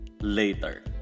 later